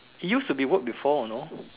use to be work before you know